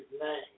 name